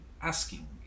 asking